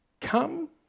come